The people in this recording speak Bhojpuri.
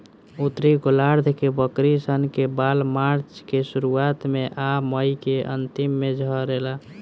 उत्तरी गोलार्ध के बकरी सन के बाल मार्च के शुरुआत में आ मई के अन्तिम में झड़ेला